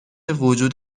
وجود